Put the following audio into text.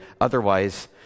otherwise